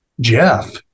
Jeff